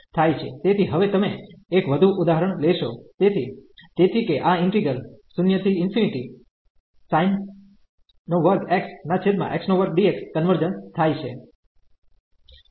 તેથીહવે તમે એક વધુ ઉદાહરણ લેશો તેથી તેથી કે આ ઈન્ટિગ્રલ 0sin2xx2 dx કન્વર્જન્સ થાય છે